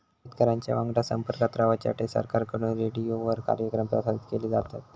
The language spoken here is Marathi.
शेतकऱ्यांच्या वांगडा संपर्कात रवाच्यासाठी सरकारकडून रेडीओवर कार्यक्रम प्रसारित केले जातत